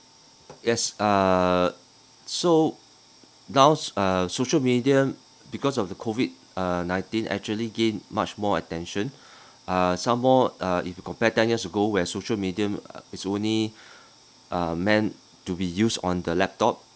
yes err so nows uh social media because of the COVID uh nineteen actually gain much more attention uh some more uh if you compare ten years ago where social media is only uh meant to be used on the laptop